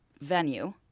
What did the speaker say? venue